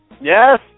Yes